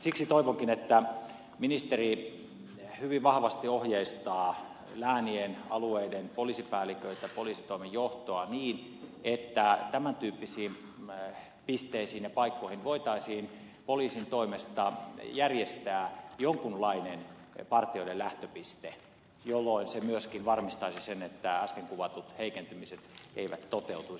siksi toivonkin että ministeri hyvin vahvasti ohjeistaa läänien alueiden poliisipäälliköitä poliisitoimen johtoa niin että tämän tyyppisiin pisteisiin ja paikkoihin voitaisiin poliisin toimesta järjestää jonkunlainen partioiden lähtöpiste jolloin se myöskin varmistaisi sen että äsken kuvatut heikentymiset eivät toteutuisi